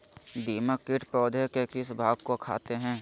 दीमक किट पौधे के किस भाग को खाते हैं?